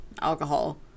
alcohol